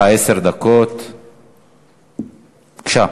מס' 3193. בבקשה,